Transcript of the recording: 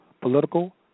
political